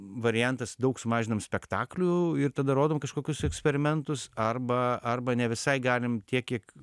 variantas daug sumažinam spektaklių ir tada rodom kažkokius eksperimentus arba arba ne visai galim tiek kiek